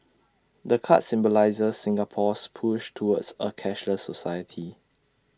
the card symbolises Singapore's push towards A cashless society